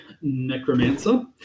necromancer